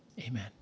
amen